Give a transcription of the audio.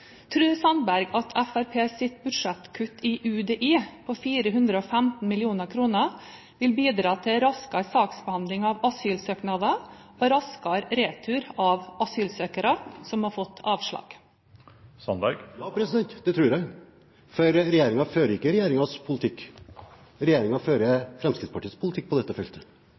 Sandberg at Fremskrittspartiets budsjettkutt til UDI på 415 mill. kr vil bidra til raskere saksbehandling av asylsøknader og raskere retur av asylsøkere som har fått avslag? Ja, det tror jeg. For regjeringen fører ikke regjeringens politikk, regjeringen fører Fremskrittspartiets politikk på dette feltet.